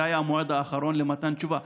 זה היה המועד האחרון למתן תשובה.